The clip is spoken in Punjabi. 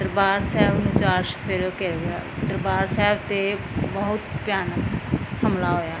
ਦਰਬਾਰ ਸਾਹਿਬ ਨੂੰ ਚਾਰ ਚੁਫੇਰਿਓਂ ਘੇਰਿਆ ਦਰਬਾਰ ਸਾਹਿਬ 'ਤੇ ਬਹੁਤ ਭਿਆਨਕ ਹਮਲਾ ਹੋਇਆ